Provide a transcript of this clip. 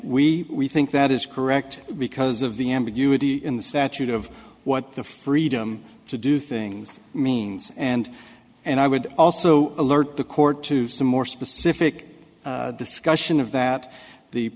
we think that is correct because of the ambiguity in the statute of what the freedom to do things means and and i would also alert the court to some more specific discussion of that the